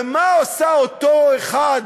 ומה עשה אותו אחד,